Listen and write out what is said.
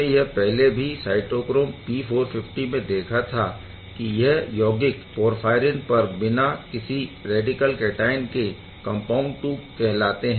हमने यह पहले भी साइटोक्रोम P450 में देखा था कि यह यौगिक पोरफ़ायरिन पर बिना किसी रैडिकल कैटआयन के कम्पाउण्ड 2 कहलाते हैं